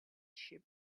sheep